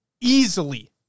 Easily